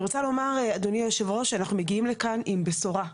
אני רוצה לומר אדוני יושב הראש שאנחנו מגיעים לכאן עם בשורה,